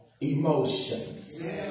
Emotions